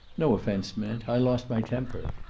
no offense meant. i lost my temper.